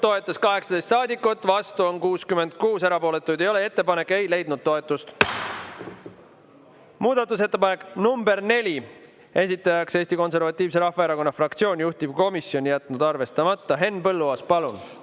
on 18 saadikut, vastu on 66, erapooletuid ei ole. Ettepanek ei leidnud toetust. Muudatusettepanek nr 3, esitajaks taas Eesti Konservatiivse Rahvaerakonna fraktsioon, juhtivkomisjon on jätnud arvestamata. Henn Põlluaas, palun!